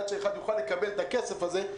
עד שאחד יוכל לקבל את הכסף הזה,